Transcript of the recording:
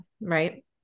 right